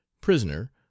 prisoner